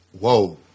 Whoa